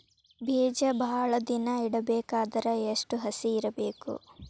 ಬೇಜ ಭಾಳ ದಿನ ಇಡಬೇಕಾದರ ಎಷ್ಟು ಹಸಿ ಇರಬೇಕು?